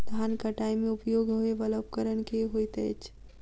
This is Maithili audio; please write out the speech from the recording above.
धान कटाई मे उपयोग होयवला उपकरण केँ होइत अछि?